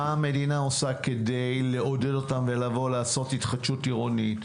מה המדינה עושה כדי לעודד אותם לבוא לעשות התחדשות עירונית?